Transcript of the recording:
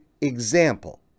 example